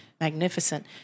magnificent